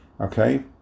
Okay